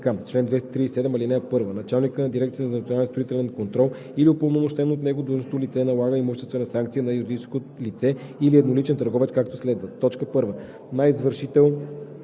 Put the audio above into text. „Чл. 237. (1) Началникът на Дирекцията за национален строителен контрол или упълномощено от него длъжностно лице налага имуществена санкция на юридическо лице или едноличен търговец, както следва: 1. на извършител,